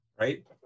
right